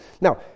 Now